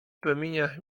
promieniach